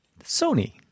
Sony